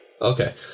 Okay